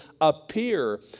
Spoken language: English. appear